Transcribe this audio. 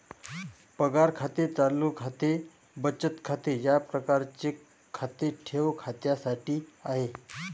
पगार खाते चालू खाते बचत खाते या प्रकारचे खाते ठेव खात्यासाठी आहे